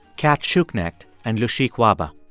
cat schuknecht and lushik wahba.